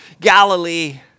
Galilee